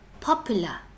popular